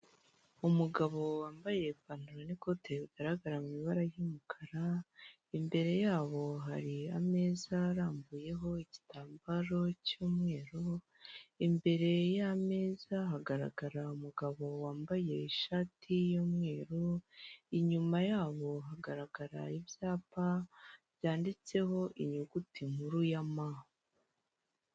Umugabo wambaye ipantaro n'ikote bigaragara mu ibara ry'umukara, imbere yabo hari ameza arambuyeho igitambaro cy'umweru, imbere y'ameza hagaragara umugabo wambaye ishati y'umweru, inyuma yabo hagaragara ibyapa byanditseho inyuguti nkuru ya ma.